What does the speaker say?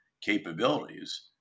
capabilities